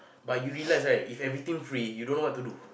but you realise right if everything free you don't know what to do